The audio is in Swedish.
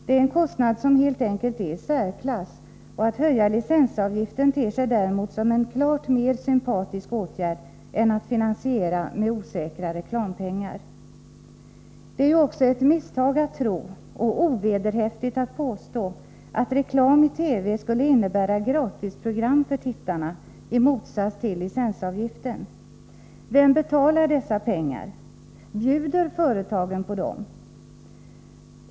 Det är en kostnad som helt enkelt är i särklass, och att höja licensavgiften ter sig därmed som en klart mer sympatisk åtgärd än att finansiera med osäkra reklampengar. Det är ju också ett misstag att tro — och ovederhäftigt att påstå — att reklam i TV skulle innebära gratis program för tittarna, i motsats till licensavgiften. Vem betalar dessa pengar? Bjuder företagen på dem?